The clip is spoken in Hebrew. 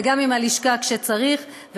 וגם עם הלשכה כשצריך,